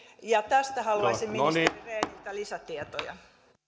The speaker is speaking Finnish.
tästä haluaisin ministeri rehniltä lisätietoja pidetään kiinni